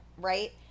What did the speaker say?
right